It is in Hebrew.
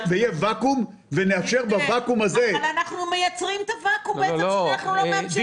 וואקום --- אבל אנחנו מייצרים את הוואקום בעצם זה שאנחנו לא מייצרים